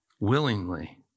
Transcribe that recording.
willingly